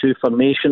formation